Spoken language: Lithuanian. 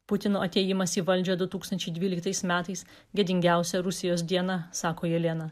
putino atėjimas į valdžią du tūkstančiai dvyliktais metais gėdingiausia rusijos diena sako jelena